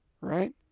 right